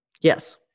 Yes